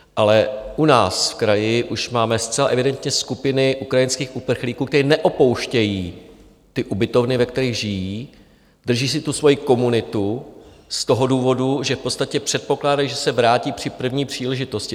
Ale u nás v kraji už máme zcela evidentně skupiny ukrajinských uprchlíků, kteří neopouštějí ubytovny, ve kterých žijí, drží si svoji komunitu z toho důvodu, že v podstatě předpokládají, že se vrátí při první příležitosti.